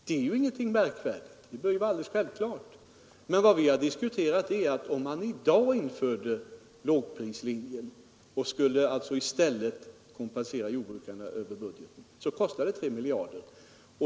Det är ingenting märkvärdigt, det bör vara alldeles självklart. Men vad vi har diskuterat är att om vi i dag inför lågprislinjen och i stället skall kompensera jordbrukarna över budgeten, så kostar det 3 miljarder.